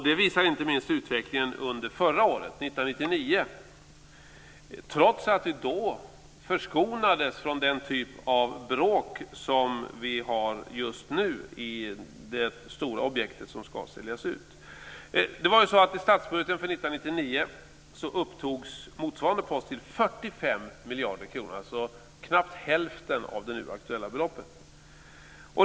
Det visar inte minst utvecklingen under förra året, 1999, trots att vi då förskonades från den typ av bråk som vi har just nu i det stora objekt som ska säljas ut. I statsbudgeten för 1999 upptogs motsvarande post till 45 miljarder kronor, dvs. knappt hälften av det nu aktuella beloppet.